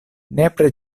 nepre